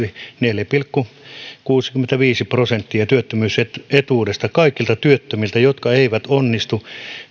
neljä pilkku kuusikymmentäviisi prosenttia työttömyysetuudesta kaikilta työttömiltä jotka eivät onnistu